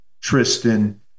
Tristan